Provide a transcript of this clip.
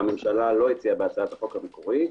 שהממשלה לא הציעה בהצעת החוק המקורית.